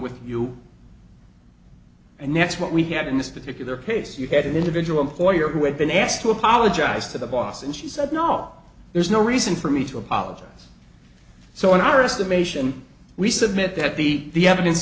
with you and that's what we have in this particular case you had an individual employer who had been asked to apologize to the boss and she said no there's no reason for me to apologize so in our estimation we submit that the the evidence